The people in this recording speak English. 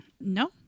No